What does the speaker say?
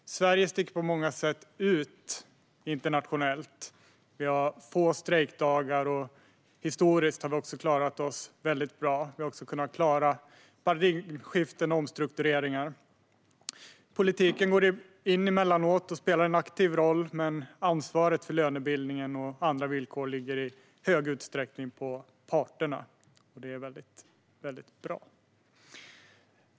Sverige sticker på många sätt ut internationellt. Vi har få strejkdagar, och historiskt har vi klarat oss väldigt bra när det gäller paradigmskiften och omstruktureringar. Politiken går in emellanåt och spelar en aktiv roll, men ansvaret för lönebildningen och andra villkor ligger i stor utsträckning på parterna. Det är väldigt bra.